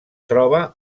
troba